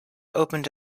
opened